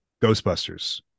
Ghostbusters